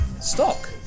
stock